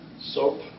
Soap